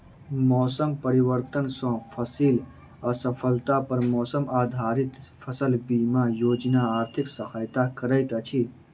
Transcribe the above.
मौसम परिवर्तन सॅ फसिल असफलता पर मौसम आधारित फसल बीमा योजना आर्थिक सहायता करैत अछि